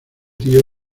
tío